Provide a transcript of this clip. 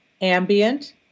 ambient